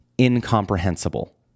incomprehensible